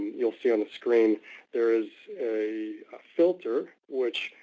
you'll see on the screen there is a filter which